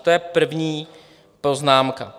To je první poznámka.